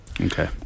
okay